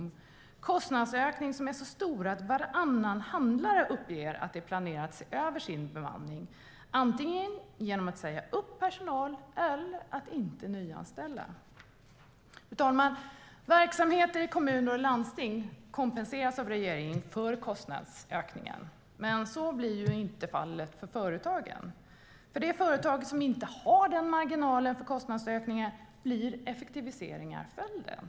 Det är kostnadsökningar som är så stora att varannan handlare uppger att de planerar att se över sin bemanning, antingen genom att säga upp personal eller genom att inte nyanställa. Fru talman! Verksamheter i kommuner och landsting kompenseras av regeringen för kostnadsökningen. Men så blir inte fallet för företagen. För de företag som inte har den marginalen för kostnadsökningar blir effektiviseringar följden.